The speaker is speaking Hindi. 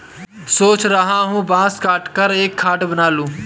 सोच रहा हूं बांस काटकर एक खाट बना लूं